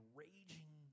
raging